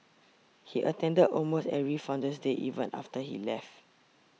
he attended almost every Founder's Day even after he left